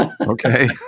Okay